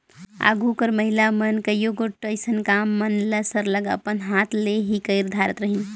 आघु कर महिला मन कइयो गोट अइसन काम मन ल सरलग अपन हाथ ले ही कइर धारत रहिन